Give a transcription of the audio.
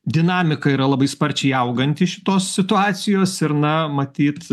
dinamika yra labai sparčiai auganti šitos situacijos ir na matyt